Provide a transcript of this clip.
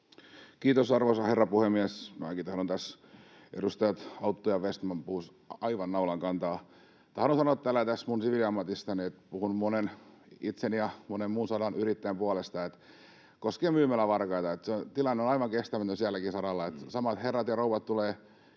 Kiitos, arvoisa herra puhemies! Minäkin tahdon — edustajat Autto ja Vestman puhuivat aivan naulan kantaan — sanoa täällä tästä minun siviiliammatistani, että puhun monen, itseni ja monen muun, sadan yrittäjän puolesta koskien myymälävarkaita. Se tilanne on aivan kestämätön silläkin saralla: samat herrat ja rouvat tulevat